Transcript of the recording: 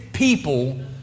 People